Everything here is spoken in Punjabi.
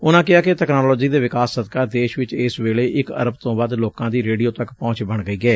ਉਨਾਂ ਕਿਹਾ ਕਿ ਤਕਨਾਲੋਜੀ ਦੇ ਵਿਕਾਸ ਸਦਕਾ ਦੇਸ਼ ਵਿਚ ਇਸ ਵੇਲੇ ਇਕ ਅਰਬ ਤੋਂ ਵੱਧ ਲੋਕਾਂ ਦੀ ਰੇਡੀਓ ਤੱਕ ਪਹੁੰਚ ਬਣ ਗਈ ਏ